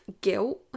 guilt